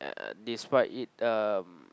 uh despite it um